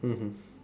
mmhmm